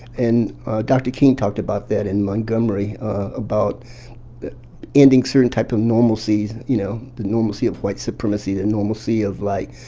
and dr. king talked about that in montgomery, about ending certain types of normalcies. you know, the normalcy of white supremacy, the normalcy of, like,